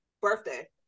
Birthday